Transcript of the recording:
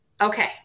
okay